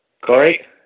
Corey